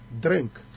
drink